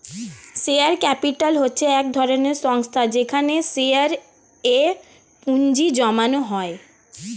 share capital হচ্ছে এক ধরনের সংস্থা যেখানে শেয়ারে এ পুঁজি জমানো হয়